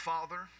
Father